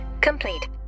complete